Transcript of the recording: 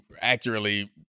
accurately